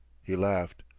he laughed.